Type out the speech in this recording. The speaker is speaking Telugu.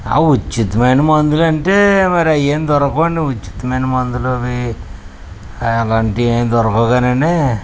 ఉచితమైన మందులు అంటే మరి అవేం దొరకవు అండి ఉచితమైన మందులు అవి అలాంటివి ఏమీ దొరకవు కాని అండి